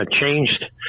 changed